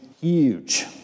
huge